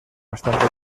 bastante